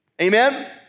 Amen